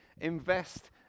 invest